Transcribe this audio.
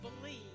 believe